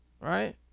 right